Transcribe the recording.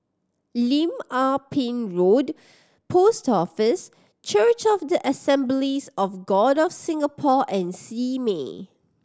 Lim Ah Pin Road Post Office Church of the Assemblies of God of Singapore and Simei